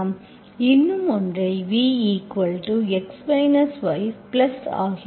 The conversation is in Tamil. இன்னும் ஒன்றைக் v x y பிளஸ் ஆகிவிடும்